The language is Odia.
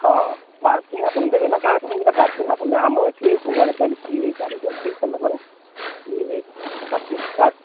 ହଁ ପାର୍କିଂ ଆପଣ ଦେବେ ନା କାଣା କାହିଁକିନା ପାର୍କିଂ ଆପଣ ଆମ ଏଠି ସବୁଆଡ଼େ ଚାଲିଚି ଗାଡ଼ିଟା ଦେଇ ସାରିଲା ପରେ ଇଏ ପାର୍କିଂ ପାର୍କିଂ